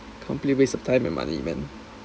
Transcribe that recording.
complete waste of time and money man